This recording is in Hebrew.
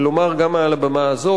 לומר גם מעל הבמה הזאת,